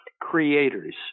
creators